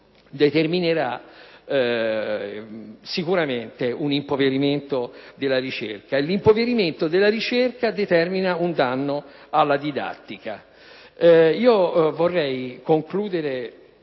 determinerà sicuramente un impoverimento della ricerca, e l'impoverimento della ricerca determina un danno alla didattica. Vorrei concludere